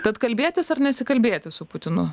tad kalbėtis ar nesikalbėti su putinu